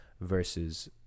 versus